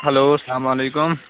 hello السلام علیکم